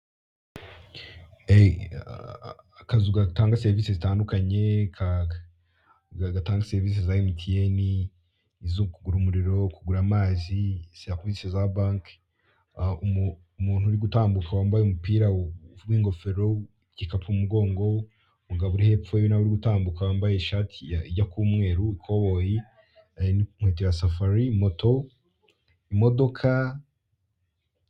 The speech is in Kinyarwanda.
Akazu gatanga serivise zitandukanye, gatanga serivise za emutiyeni, zo kugura umuriro, kugura amazi, serivise za banki, umuntu urigutambuka wambaye umupira w'ingofero, igikapu mu mugongo, umugabo uri hepfo ye na we urigutambuka wambaye ishati ijya kuba umweru, ikoboyi, inkweto ya safari, moto, imodoka...